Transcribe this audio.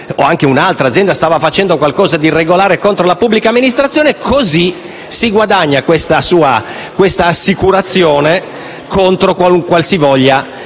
o anche un'altra - stava facendo qualcosa di irregolare contro la pubblica amministrazione; così si guadagna questa assicurazione contro qualsivoglia